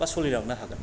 बा सलिलांनो हागोन